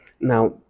Now